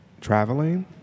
traveling